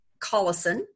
Collison